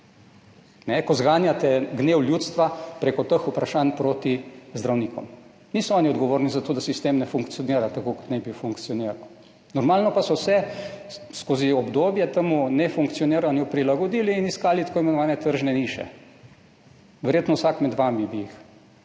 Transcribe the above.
ko zganjate gnev ljudstva prek teh vprašanj proti zdravnikom. Niso oni odgovorni za to, da sistem ne funkcionira tako, kot naj bi funkcioniral. Normalno pa, da so se skozi obdobje temu nefunkcioniranju prilagodili in iskali tako imenovane tržne niše. Verjetno bi jih vsak med vami.